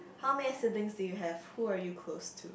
how many siblings do you have who are you close to